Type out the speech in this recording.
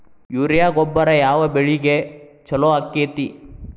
Urea ಗೊಬ್ಬರ ಯಾವ ಬೆಳಿಗೆ ಛಲೋ ಆಕ್ಕೆತಿ?